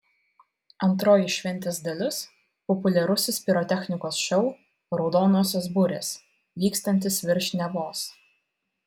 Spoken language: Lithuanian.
antroji šventės dalis populiarusis pirotechnikos šou raudonosios burės vykstantis virš nevos